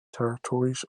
territories